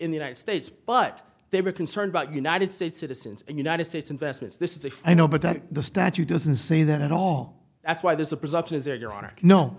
in the united states but they were concerned about united states citizens and united states investments this is a i know but that the statute doesn't say that at all that's why there's a presumption is that your honor no